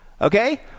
okay